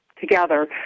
together